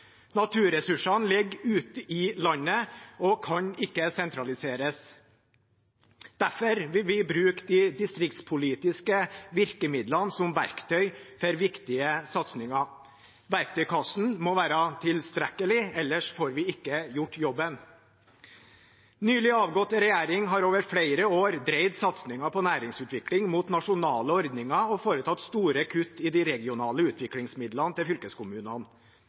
Naturressursene ligger ute i landet og kan ikke sentraliseres. Derfor vil vi bruke de distriktspolitiske virkemidlene som verktøy for viktige satsinger. Verktøykassen må være tilstrekkelig, ellers får vi ikke gjort jobben. Den nylig avgåtte regjeringen har over flere år dreid satsingen på næringsutvikling inn mot nasjonale ordninger og foretatt store kutt i de regionale utviklingsmidlene til fylkeskommunene.